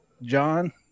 John